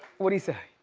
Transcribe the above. what'd he say?